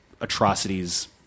atrocities